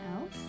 else